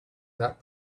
that